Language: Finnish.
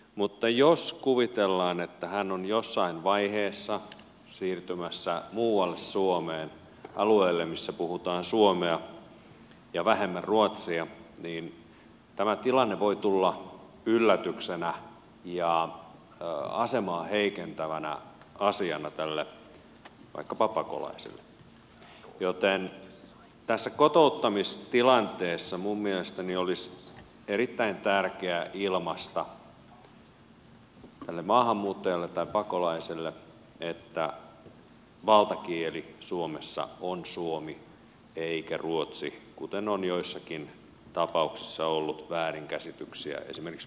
mutta jos kuvitellaan että hän on jossain vaiheessa siirtymässä muualle suomeen alueelle missä puhutaan suomea ja vähemmän ruotsia niin tämä tilanne voi tulla yllätyksenä ja asemaa heikentävänä asiana tälle vaikkapa pakolaiselle joten tässä kotouttamistilanteessa minun mielestäni olisi erittäin tärkeää ilmaista tälle maahanmuuttajalle tai pakolaiselle että valtakieli suomessa on suomi eikä ruotsi kuten on joissakin tapauksissa ollut väärinkäsityksiä esimerkiksi